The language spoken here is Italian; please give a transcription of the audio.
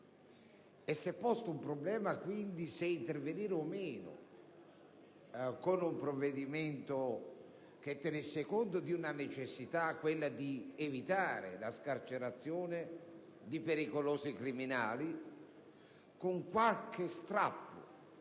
si è posto un problema se intervenire o meno con un provvedimento che tenesse conto della necessità di evitare la scarcerazione di pericolosi criminali, con qualche strappo